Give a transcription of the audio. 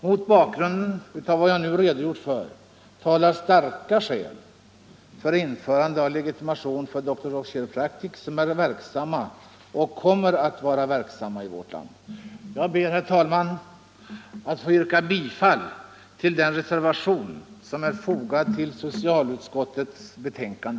Mot bakgrund av vad jag nu redogjort för talar starka skäl för införande av legitimation för de Doctors of Chiropractic som är verksamma och kommer att vara verksamma i vårt land.